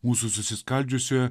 mūsų susiskaldžiusioje